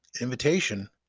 invitation